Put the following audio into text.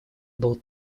был